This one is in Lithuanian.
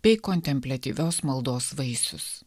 bei kontempliatyvios maldos vaisius